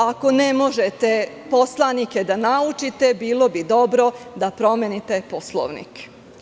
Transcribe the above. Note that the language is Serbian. Ako ne možete poslanike da naučite, bilo bi dobro da promenite Poslovnik.